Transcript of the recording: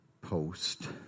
post